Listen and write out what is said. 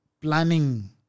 planning